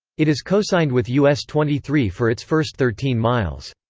it is cosigned with us twenty three for its first thirteen miles.